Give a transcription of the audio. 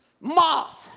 moth